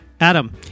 adam